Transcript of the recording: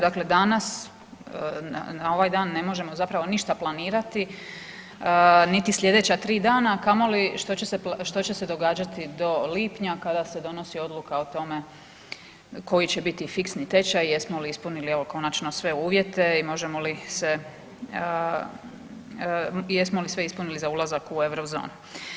Dakle danas na ovaj dan ne možemo zapravo ništa planirati niti sljedeća 3 dana, a kamoli što će se događati do lipnja kada se donosi odluka o tome koji će biti fiksni tečaj, jesmo li ispunili evo, konačno sve uvjete i možemo li se, jesmo li sve ispunili za ulazak u Eurozonu.